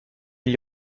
gli